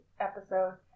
episode